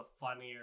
funnier